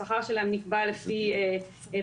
השכר שלהם נקבע לפי פרופיל,